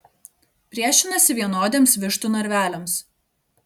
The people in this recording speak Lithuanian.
priešinasi vienodiems vištų narveliams